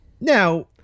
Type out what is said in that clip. now